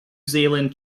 zealand